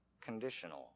conditional